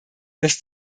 dass